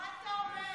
מה אתה אומר?